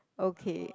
okay